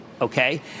okay